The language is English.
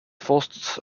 forced